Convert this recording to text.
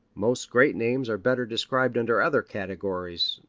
most great names are better described under other categories,